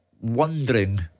wondering